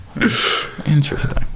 interesting